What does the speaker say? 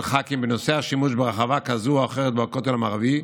ח"כים בנושא השימוש ברחבה כזו או אחרת בכותל המערבי,